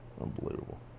Unbelievable